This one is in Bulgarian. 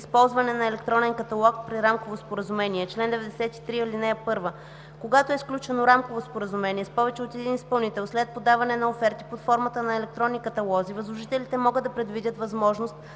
„Използване на електронен каталог при рамково споразумение Чл. 93. (1) Когато е сключено рамково споразумение с повече от един изпълнител след подаване на оферти под формата на електронни каталози, възложителите могат да предвидят възможност